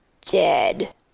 dead